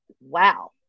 wow